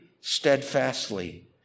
steadfastly